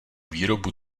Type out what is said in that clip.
výrobu